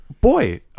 boy